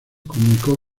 comunicó